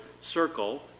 circle